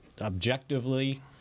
objectively